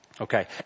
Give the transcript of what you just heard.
okay